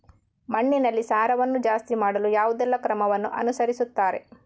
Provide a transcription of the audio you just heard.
ಮಣ್ಣಿನಲ್ಲಿ ಸಾರವನ್ನು ಜಾಸ್ತಿ ಮಾಡಲು ಯಾವುದೆಲ್ಲ ಕ್ರಮವನ್ನು ಅನುಸರಿಸುತ್ತಾರೆ